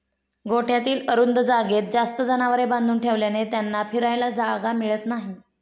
गोठ्यातील अरुंद जागेत जास्त जनावरे बांधून ठेवल्याने त्यांना फिरायला जागा मिळत नाही